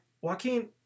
Joaquin